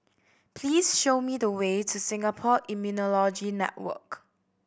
please show me the way to Singapore Immunology Network